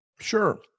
Sure